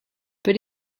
but